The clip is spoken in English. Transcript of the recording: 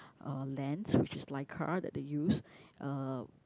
uh lens which is Leica that they use uh